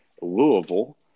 Louisville